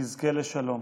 נזכה לשלום.